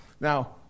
Now